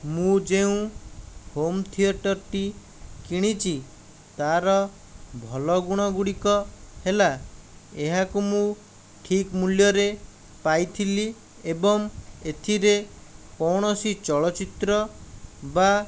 ମୁଁ ଯେଉଁ ହୋମ୍ ଥିଏଟରଟି କିଣିଛି ତା'ର ଭଲ ଗୁଣ ଗୁଡ଼ିକ ହେଲା ଏହାକୁ ମୁଁ ଠିକ ମୂଲ୍ୟରେ ପାଇଥିଲି ଏବଂ ଏଥିରେ କୌଣସି ଚଳଚିତ୍ର ବା